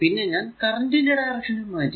പിന്നെ ഞാൻ കറന്റ് ന്റെ ഡയറക്ഷനും മാറ്റി